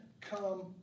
come